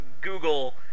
Google